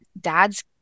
dads